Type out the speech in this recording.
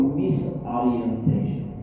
misorientation